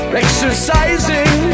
exercising